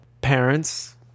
parents